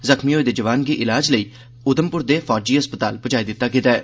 जख्मी होए दे जवान गी इलाज लेई उधमप्र दे फौजी अस्पताल प्जाई दित्ता गेदा ऐ